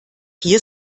hier